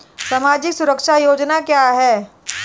सामाजिक सुरक्षा योजना क्या है?